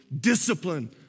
discipline